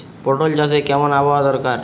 পটল চাষে কেমন আবহাওয়া দরকার?